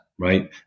right